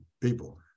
people